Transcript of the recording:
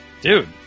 dude